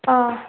ꯑꯥ